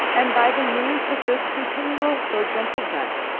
and by the means of this continual though gentle vent,